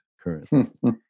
currently